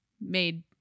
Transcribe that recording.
made